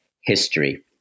history